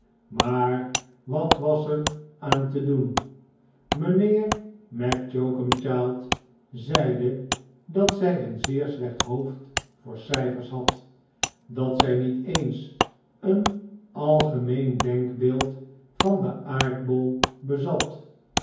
maar wat was er aan te doen mijnheer mac choakumchild zeide dat zij een zeer slecht hoofd voor cijfers had dat zij niet eens een algemeen denkbeeld van den aardbol bezat